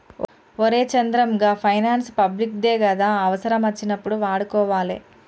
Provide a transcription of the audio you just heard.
ఒరే చంద్రం, గా finance public దే గదా, అవుసరమచ్చినప్పుడు వాడుకోవాలె